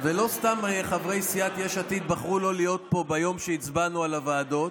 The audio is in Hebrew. ולא סתם חברי סיעת יש עתיד בחרו לא להיות פה ביום שהצבענו על הוועדות,